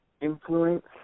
influence